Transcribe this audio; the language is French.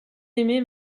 aimé